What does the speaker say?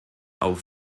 auf